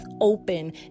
open